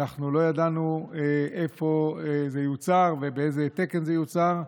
אנחנו לא ידענו איפה זה יוצר ובאיזה תקן זה יוצר.